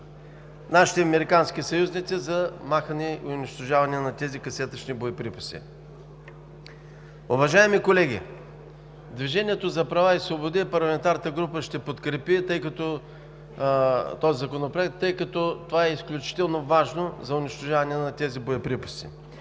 нашите американски съюзници за махане и унищожаване на тези касетъчни боеприпаси. Уважаеми колеги, парламентарната група на „Движението за права и свободи“ ще подкрепи този Законопроект, тъй като това е изключително важно за унищожаване на тези боеприпаси.